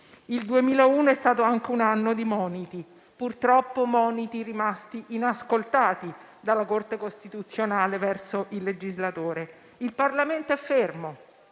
Il 2021 è stato anche un anno di moniti, purtroppo rimasti inascoltati dalla Corte costituzionale verso il legislatore. Il Parlamento è fermo,